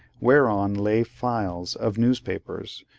whereon lay files of newspapers,